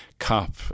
COP